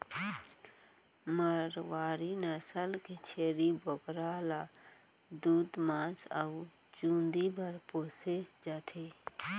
मारवारी नसल के छेरी बोकरा ल दूद, मांस अउ चूंदी बर पोसे जाथे